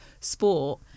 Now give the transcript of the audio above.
sport